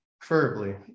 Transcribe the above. Preferably